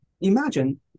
imagine